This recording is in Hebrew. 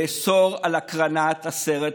לאסור את הקרנת הסרט בישראל.